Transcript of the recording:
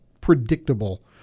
predictable